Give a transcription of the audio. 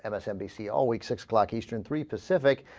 and i said bc all week six o'clock eastern three pacific